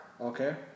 Okay